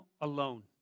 alone